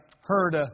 heard